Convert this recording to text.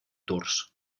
tours